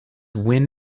win